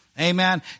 Amen